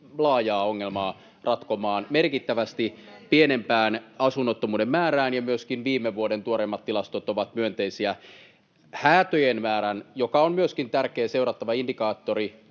laajaa ongelmaa ratkomaan merkittävästi pienempään asunnottomuuden määrään. Viime vuoden tuoreimmat tilastot ovat myönteisiä myöskin häätöjen määrän osalta, joka myöskin on tärkeä seurattava indikaattori